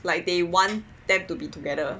like they want them to be together